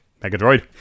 Megadroid